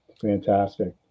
Fantastic